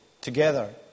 together